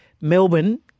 Melbourne